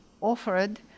offered